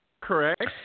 correct